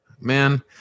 Man